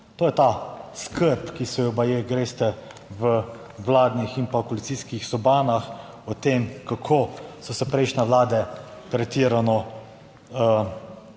To je ta skrb, ki se jo baje greste v vladnih in pa koalicijskih sobanah o tem kako so se prejšnje vlade pretirano